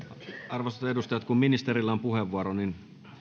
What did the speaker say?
arvoisat edustajat kun ministerillä on puheenvuoro niin